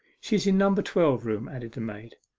she is in number twelve room added the maid.